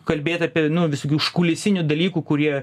kalbėt apie visokių užkulisinių dalykų kurie